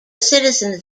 citizens